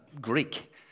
Greek